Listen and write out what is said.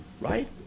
right